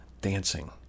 dancing